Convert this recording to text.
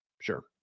Sure